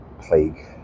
plague